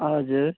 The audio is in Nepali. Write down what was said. हजुर